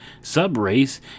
sub-race